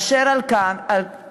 אשר על כן,